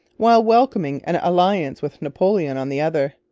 while welcoming an alliance with napoleon on the other.